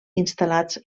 instal·lats